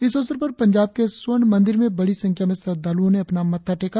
इस अवसर पर पंजाब के स्वर्ण मंदिर में बड़ी संख्या में श्रद्धालुओं ने अपना मत्था टॆका